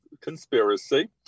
conspiracy